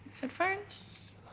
Headphones